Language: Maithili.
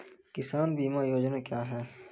किसान बीमा योजना क्या हैं?